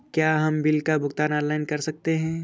क्या हम बिल का भुगतान ऑनलाइन कर सकते हैं?